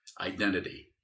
identity